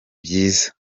byiza